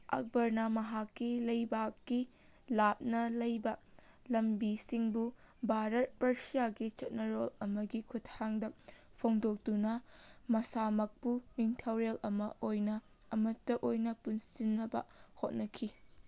ꯑꯛꯕꯔꯅ ꯃꯍꯥꯛꯀꯤ ꯂꯩꯕꯥꯛꯀꯤ ꯂꯥꯞꯅ ꯂꯩꯕ ꯂꯝꯕꯤꯁꯤꯡꯕꯨ ꯚꯥꯔꯠ ꯄꯔꯁꯤꯌꯥꯒꯤ ꯆꯠꯅꯔꯣꯜ ꯑꯃꯒꯤ ꯈꯨꯊꯥꯡꯗ ꯐꯣꯡꯗꯣꯛꯇꯨꯨꯅ ꯃꯁꯥꯃꯛꯄꯨ ꯅꯤꯡꯊꯧꯔꯦꯜ ꯑꯃ ꯑꯣꯏꯅ ꯑꯃꯠꯇ ꯑꯣꯏꯅ ꯄꯨꯟꯁꯤꯟꯅꯕ ꯍꯣꯠꯅꯈꯤ